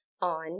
on